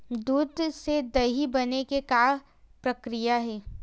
दूध से दही बने के का प्रक्रिया हे?